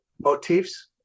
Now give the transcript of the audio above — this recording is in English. motifs